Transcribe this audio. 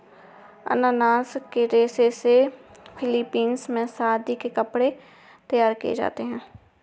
अनानास के रेशे से फिलीपींस में शादी के कपड़े तैयार किए जाते हैं